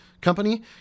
company